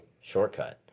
shortcut